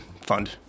fund